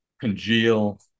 congeal